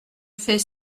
fais